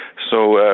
so ah